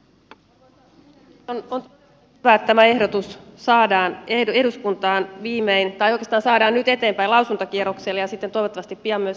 on hyvä että tämä ehdotus saadaan eduskuntaan viimein tai oikeastaan saadaan nyt eteenpäin lausuntokierrokselle ja toivottavasti pian myös eduskuntaan käsittelyyn